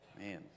Man